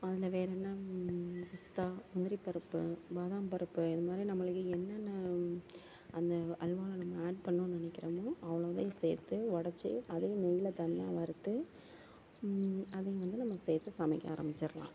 அதில் வேற என்ன பிஸ்தா முந்திரி பருப்பு பாதாம் பருப்பு இதுமாதிரி நம்மளுக்கு என்னென்ன அந்த அல்வாவில் ஆட் பண்ணணுன்னு நினைக்கிறோமோ அவ்வளோதையும் சேர்த்து உடச்சி அதையும் நெயில் தனியாக வறுத்து அதையும் வந்து சேர்த்து சமைக்க ஆரம்பிச்சிடலாம் ஓகே